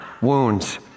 wounds